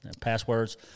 passwords